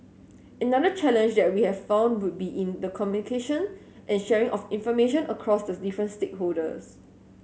another challenge that we have found would be in communication and sharing of information across the different stakeholders